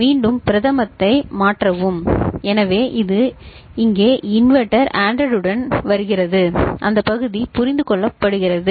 பின்னர் பிரதமத்தை மாற்றவும் எனவே இது இங்கே இன்வெர்ட்டர் ANDed A உடன் வருகிறது அந்த பகுதி புரிந்து கொள்ளப்படுகிறது